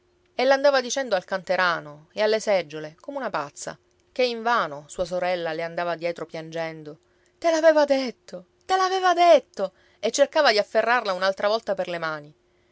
e l'andava dicendo al canterano e alle seggiole come una pazza che invano sua sorella le andava dietro piangendo te l'aveva detto te l'aveva detto e cercava di afferrarla un'altra volta per le mani